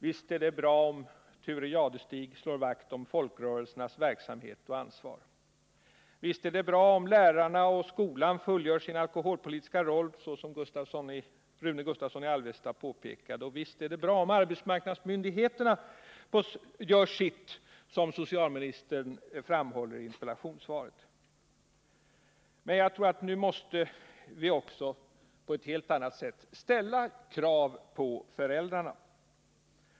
Visst är det bra om Thure Jadestig slår vakt om folkrörelsernas verksamhet och ansvar. Visst är det bra om lärarna och skolan fullgör sin alkoholpolitiska roll, såsom Rune Gustavsson i Alvesta påpekade. Visst är det bra om arbetsmarknadsmyndigheterna gör sitt, såsom socialministern framhåller i tälla interpellationssvaret. Men jag tror att vi nu måste på ett helt annat sät krav på föräldrarna.